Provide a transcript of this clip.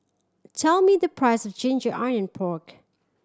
tell me the price of ginger onion pork